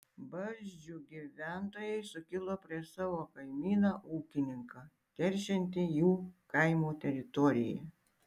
barzdžių gyventojai sukilo prieš savo kaimyną ūkininką teršiantį jų kaimo teritoriją